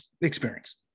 experience